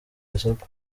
isoko